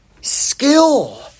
skill